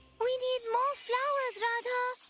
we need more flowers, radha.